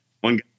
one